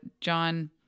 John